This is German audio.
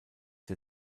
der